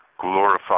glorified